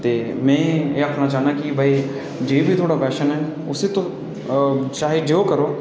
ते एह् में आखना चाह्न्नां कि जो बी थुआढ़ा पैशन ऐ उस्सी तुस चाहे जो करो